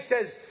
says